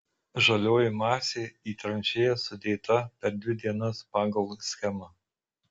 žalioji masė į tranšėjas sudėta per dvi dienas pagal schemą